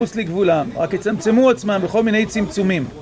מחוץ לגבולם, רק יצמצמו עצמם בכל מיני צמצומים